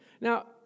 Now